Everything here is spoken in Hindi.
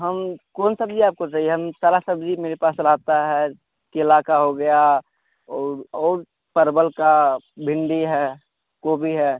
हम कौन सब्ज़ी आपको चाहिए हम सारा सब्ज़ी मेरे पास रहता है केला का हो गया और और परवल का भिंडी है गोभी है